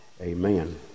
amen